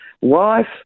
wife